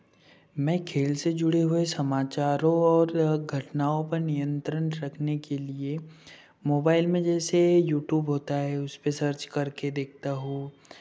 मैं खेल से जुड़े हुए समाचारों और घटनाओं पर नियंत्रण रखने के लिए मोबाइल में जैसे यूट्यूब होता है उसपे सर्च करके देखता हूँ